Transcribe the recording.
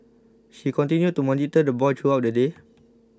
she continued to monitor the boy throughout the day